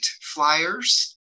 flyers